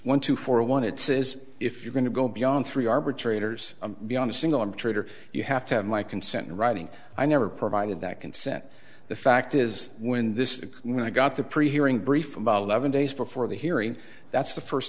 one two for one it says if you're going to go beyond three arbitrators beyond a single intruder you have to have my consent in writing i never provided that consent the fact is when this is when i got the pre hearing brief about eleven days before the hearing that's the first